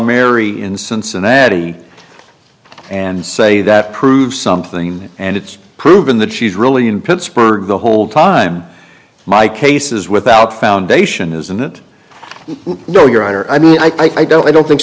mary in cincinnati and say that proves something and it's proven that she's really in pittsburgh the whole time my case is without foundation isn't it no your honor i mean i don't i don't think